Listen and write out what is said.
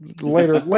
later